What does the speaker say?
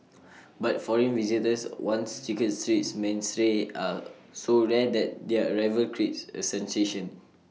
but foreign visitors once chicken Street's mainstay are so rare that their arrival creates A sensation